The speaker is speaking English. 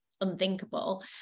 unthinkable